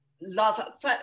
love